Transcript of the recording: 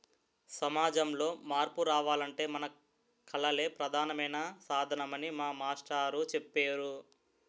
సమాజంలో మార్పు రావాలంటే మన కళలే ప్రధానమైన సాధనమని మా మాస్టారు చెప్పేరు